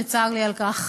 שצר לי על כך.